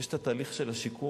יש התהליך של השיקום